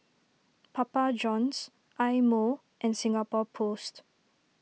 Papa Johns Eye Mo and Singapore Post